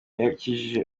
yakijije